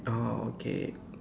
oh okay